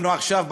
אנחנו עכשיו,